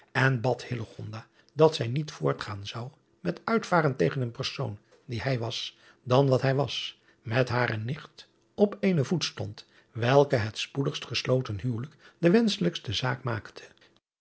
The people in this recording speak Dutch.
en bad dat zij niet voortgaan zou met uitvaren tegen een persoon die hij was dan wat hij was met hare nicht op eenen voet stond welke het spoedigst gesloten huwelijk de wenschelijkste zaak maakte